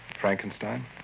Frankenstein